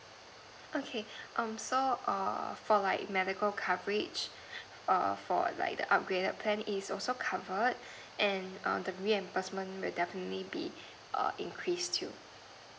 okay um so err for like medical coverage err for like upgraded plan is also covered and err the reimbursement will definitely be err increased too